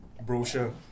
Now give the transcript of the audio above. brochure